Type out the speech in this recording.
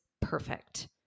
perfect